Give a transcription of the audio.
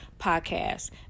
podcast